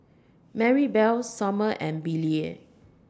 Marybelle Sommer and Billye